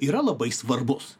yra labai svarbus